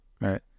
Right